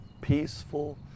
peaceful